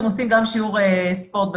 הם עושים גם שיעורי ספורט בזום,